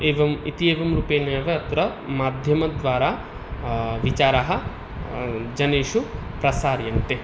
एवम् इत्येवं रूपेणैव अत्र माध्यमद्वारा विचाराः जनेषु प्रसार्यन्ते